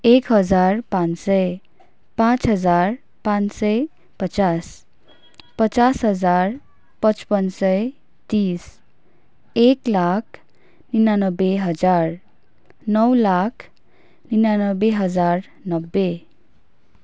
एक हजार पाँच सय पाँच हजार पाँच सय पचास पचास हजार पचपन्न सय तिस एक लाख निनानब्बे हजार नौ लाख निनानब्बे हजार नब्बे